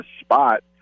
spot